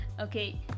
okay